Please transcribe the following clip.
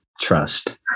Trust